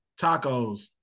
Tacos